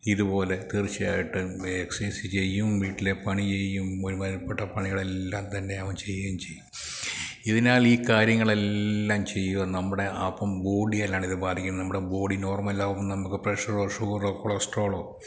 ഇതുപോലെ തീർച്ചയായിട്ടും എക്സസൈസ് ചെയ്യും വീട്ടിലെ പണി ചെയ്യും ഒരുമാതിരിപ്പെട്ട പണികളെല്ലാം തന്നെ അവൻ ചെയ്യുകയും ചെയ്യും ഇതിനാൽ ഈ കാര്യങ്ങളെല്ലാം ചെയ്യും നമ്മുടെ അപ്പോള് ബോഡിയെല്ലാം ഇത് ബാധിക്കുന്നെ നമ്മുടെ ബോഡി നോർമലാവും നമുക്ക് പ്രഷറോ ഷുഗറോ കൊളസ്ട്രോളോ